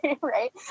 right